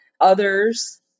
others